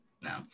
no